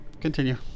Continue